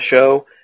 show